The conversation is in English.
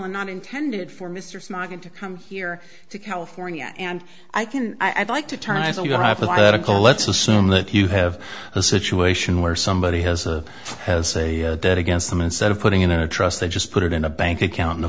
or not intended for mr smocking to come here to california and i can i'd like to turn as your hypothetical let's assume that you have a situation where somebody has a has a dead against them instead of putting it in a trust they just put it in a bank account in a